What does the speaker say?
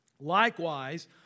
likewise